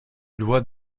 doit